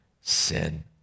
sin